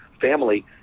family